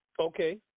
Okay